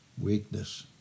Weakness